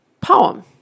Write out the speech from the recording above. poem